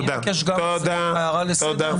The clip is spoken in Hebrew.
אני אבקש גם הערה לסדר.